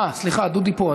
סליחה, דודי פה.